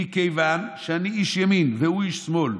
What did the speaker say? מכיוון שאני איש ימין והוא איש שמאל.